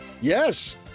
Yes